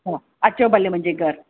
हा अचो भले मुंहिंजे घरु